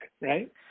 right